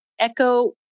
Echo